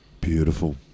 beautiful